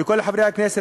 לכל חברי הכנסת,